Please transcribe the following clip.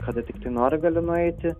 kada tiktai nori gali nueiti